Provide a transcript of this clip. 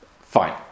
fine